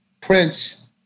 Prince